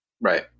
Right